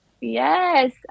Yes